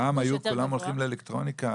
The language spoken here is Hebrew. פעם היו כולם הולכים לאלקטרוניקה.